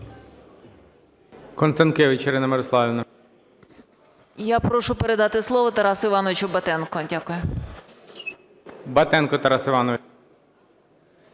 Я прошу передати слово Тарасу Івановичу Батенку. Дякую.